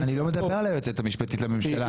החוק --- אני לא מדבר על היועצת המשפטית לממשלה.